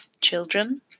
children